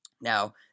Now